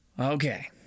okay